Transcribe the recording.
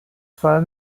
zwei